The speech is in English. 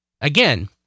Again